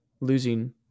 losing